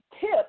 tip